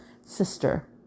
Sister